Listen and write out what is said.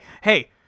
Hey